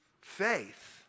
Faith